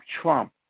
Trump